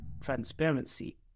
transparency